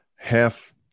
half